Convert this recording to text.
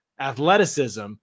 athleticism